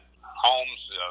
homes